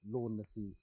ꯂꯣꯟ ꯑꯁꯤ